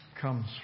comes